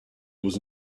was